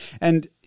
And-